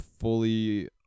fully